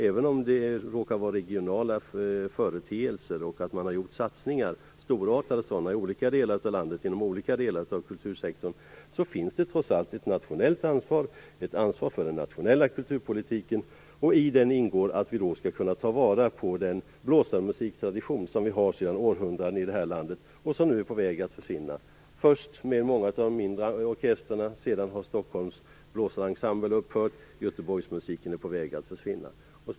Även om det råkar vara regionala företeelser och även om man har gjort storartade satsningar i olika delar av landet inom olika delar av kultursektorn finns det trots allt ett nationellt ansvar och ett ansvar för den nationella kulturpolitiken. I det ingår att vi skall kunna ta vara på den blåsarmusiktradition vi har sedan århundraden i detta land, och som nu är på väg att försvinna. Först försvinner många av de mindre orkestrarna. Stockholms blåsarensemble har också upphört, och Göteborgsmusiken är på väg att försvinna.